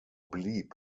blieb